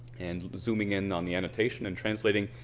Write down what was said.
and zooming in on the annotation and translating